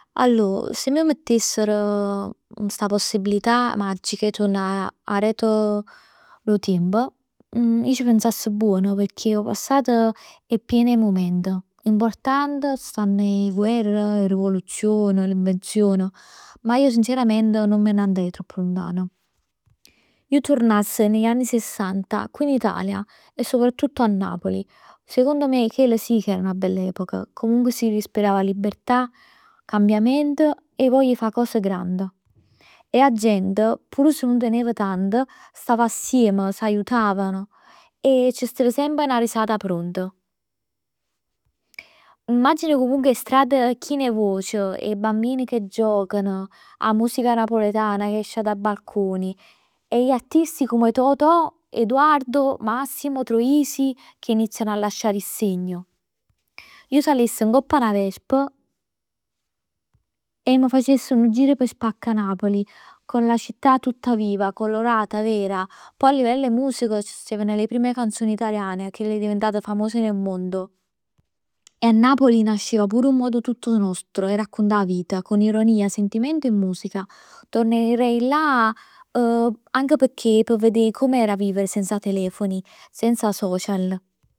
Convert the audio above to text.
Allor, si m' mettesser sta possibilità magica 'e turnà aret dint'o tiemp, ij ci pensass buon, pecchè 'o passato è chien 'e mument. L'important stann 'e guerre, 'e rivoluzion, l'invenzion, ma io sinceramente non me ne andrei tropp luntan. Io turnass negli anni sessanta, qui in Italia e soprattutto a Napoli. Secondo me chell sì che era 'na bell'epoca. Comunque si respirava libertà, cambiamento e voglia 'e fa cos grand. E 'a gent pur si nun tenev tant stev assiem e s'aiutavan e c' stev sempr 'na risata pront. Immagina comunque 'e strade chien 'e voc, 'e bambini che giocano, 'a musica napoletana che esce dai balconi e gli artisti come Totò, Eduardo, Massimo Troisi, che iniziano a lasciare il segno. Ij sagliess ngopp 'a 'na Vespa e m' facess nu giro p' Spaccanapoli, con la città tutta viva, colorata, vera. Poj a livell 'e musica c' steven le prime canzoni itliane, chell diventate famose nel mondo. E a Napoli nasceva pure un modo tuto nostro 'e raccuntà 'a vita, con ironia, sentimento e musica. Tornerei là anche pecchè p' vedè come era vivere senza telefoni, senza socia.